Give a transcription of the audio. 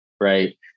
Right